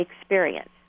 experience